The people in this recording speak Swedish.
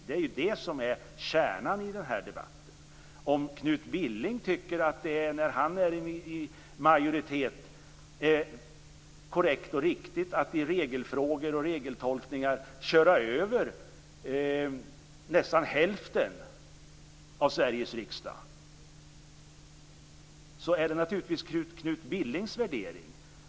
Det är det som är kärnan i den här debatten. Om Knut Billing tycker att det när han är i majoritet är korrekt och riktigt att i regelfrågor och regeltolkningar köra över nästan hälften av Sveriges riksdag så är det naturligtvis Knut Billings värdering.